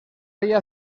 ella